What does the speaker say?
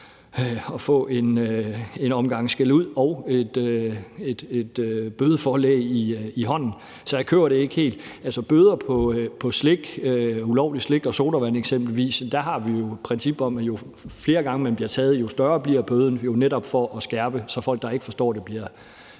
og få en omgang skældud og et bødeforelæg i hånden, så jeg køber det ikke helt. Altså, i forhold til bøder for eksempelvis ulovligt slik og ulovlig sodavand har vi jo et princip om, at jo flere gange man bliver taget, jo større bliver bøden, netop for at skærpe det, så folk, der ikke forstår det, bliver